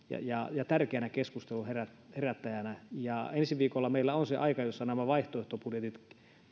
ja tärkeänä keskustelun herättäjänä ensi viikolla meillä on se aika jolloin nämä vaihtoehtobudjetit